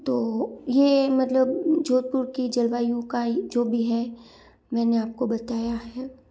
तो ये मतलब जोधपुर की जलवायु का ये जो भी है मैंने आप को बताया है